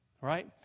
Right